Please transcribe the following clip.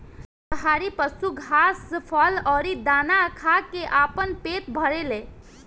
शाकाहारी पशु घास, फल अउरी दाना खा के आपन पेट भरेले